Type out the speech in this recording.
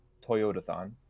Toyotathon